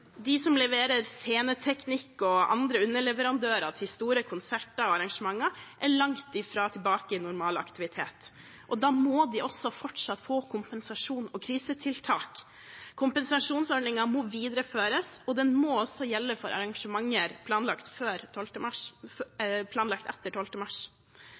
De som leverer sceneteknikk, og andre underleverandører til store konserter og arrangementer, er langt ifra tilbake i normal aktivitet, og da må de også fortsatt få kompensasjon og krisetiltak. Kompensasjonsordningen må videreføres, og den må også gjelde for arrangementer planlagt etter 12. mars.